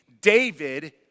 David